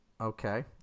Okay